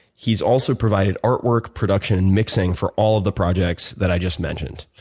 he's also provided artwork, production, and mixing for all of the projects that i just mentioned.